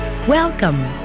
Welcome